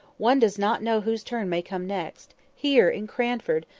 one does not know whose turn may come next. here, in cranford,